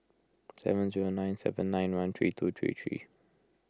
seven zero nine seven nine one three two three three